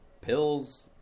pills